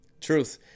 Truth